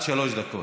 עד שלוש דקות.